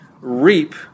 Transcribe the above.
reap